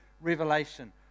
revelation